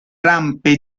rampe